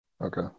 okay